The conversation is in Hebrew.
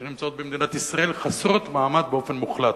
שנמצאות במדינת ישראל חסרות מעמד באופן מוחלט?